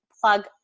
plug